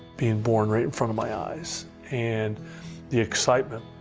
being born right in front of my eyes and the excitement.